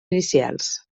inicials